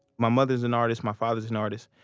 my mother is an artist, my father is an artist.